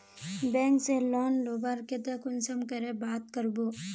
Bank से loan लुबार केते कुंसम करे बात करबो?